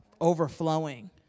overflowing